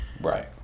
Right